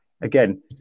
again